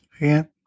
again